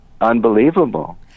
unbelievable